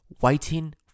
waiting